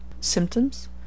Symptoms